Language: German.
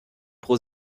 pro